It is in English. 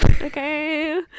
okay